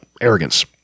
arrogance